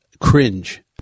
cringe